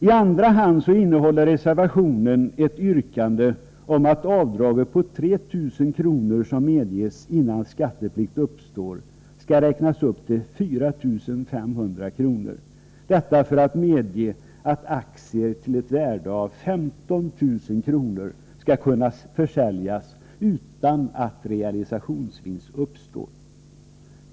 I andra hand innehåller reservationen ett yrkande om att det avdrag med 3 000 kr. som medges innan skatteplikt uppstår skall räknas upp till 4 500 kr., detta för att medge att aktier till ett värde av 15 000 kr. skall kunna försäljas utan att realisationsvinst uppstår.